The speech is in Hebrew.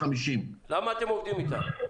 ויש בתי חולים שמשלמים שוטף פלוס 150. למה אתם עובדים איתם?